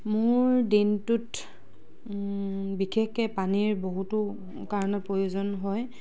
মোৰ দিনটোত বিশেষকৈ পানীৰ বহুতো কাৰণত প্ৰয়োজন হয়